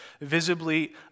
visibly